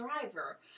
driver